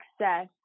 success